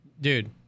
dude